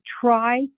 try